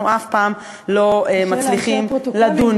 ואנחנו אף פעם לא מצליחים לדון בו.